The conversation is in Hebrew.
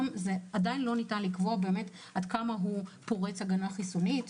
עדיין לא ניתן לקבוע עד כמה הוא פורץ הגנה חיסונית,